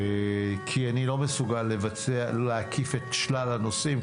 כי אני לא מסוגל להקיף את שלל הנושאים.